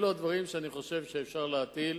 אלו הדברים שאני חושב שאפשר להטיל.